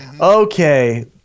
Okay